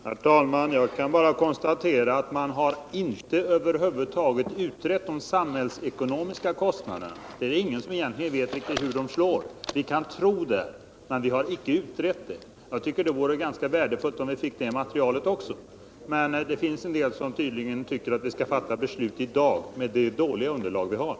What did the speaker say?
Herr talman! Jag kan bara konstatera att man över huvud taget inte har utrett de samhällsekonomiska kostnaderna. Det är egentligen ingen som vet hur de slår. Vi kan tro, men vi har icke utrett det. Det vore ganska värdefullt om vi fick det materialet också. Men det finns en del som tydligen tycker att vi skall fatta beslut i dag med det dåliga underlag vi har.